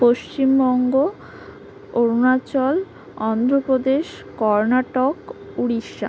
Paschimbanga Arunachal Andhra Pradesh Karnataka Orissa